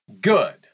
good